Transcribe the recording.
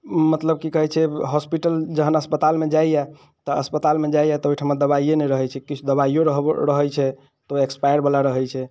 मतलब की कहैत छै होस्पिटल जहन अस्पतालमे जाइया तऽ अस्पतालमे जाइया तऽ ओहिठमा दबाइए नहि रहैत छै किछु दबाइयो रहैत छै तऽ ओ इक्स्पाइर बला रहैत छै